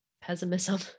pessimism